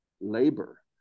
labor